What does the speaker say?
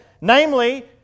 Namely